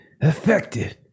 effective